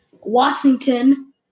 Washington